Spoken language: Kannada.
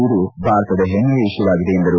ಇದು ಭಾರತದ ಹೆಮ್ಮೆಯ ವಿಷಯವಾಗಿದೆ ಎಂದರು